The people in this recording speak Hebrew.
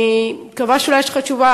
אני מקווה שאולי יש לך תשובה.